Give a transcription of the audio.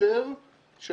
השוטר של